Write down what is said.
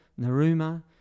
Naruma